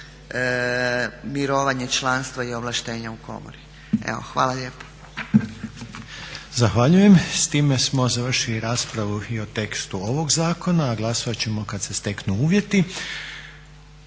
mirovanje članstva i ovlaštenja u komori. Hvala lijepa. **Reiner, Željko (HDZ)** Zahvaljujem. S time smo završili raspravu i o tekstu ovoga zakona, a glasovat ćemo kada se steknu uvjeti.